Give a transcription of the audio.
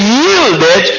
yielded